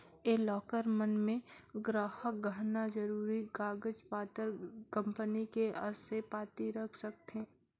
ये लॉकर मन मे गराहक गहना, जरूरी कागज पतर, कंपनी के असे पाती रख सकथें